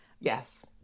yes